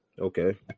Okay